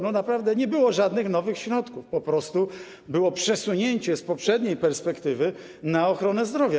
Naprawdę nie było żadnych nowych środków, po prostu było przesunięcie z poprzedniej perspektywy na ochronę zdrowia.